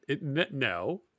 No